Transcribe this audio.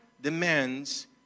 demands